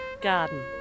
Garden